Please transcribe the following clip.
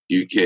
UK